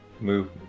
move